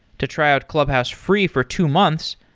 to try out clubhouse free for two months,